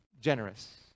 generous